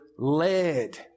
led